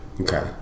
Okay